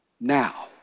Now